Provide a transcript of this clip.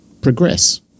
progress